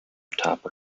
atop